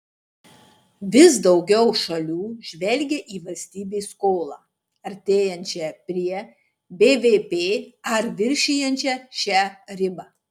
vis daugiau šalių žvelgia į valstybės skolą artėjančią prie bvp ar viršijančią šią ribą